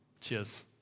Cheers